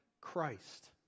Christ